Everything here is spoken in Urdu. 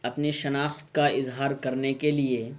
اپنی شناخت کا اظہار کرنے کے لیے